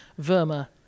Verma